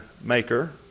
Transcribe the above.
maker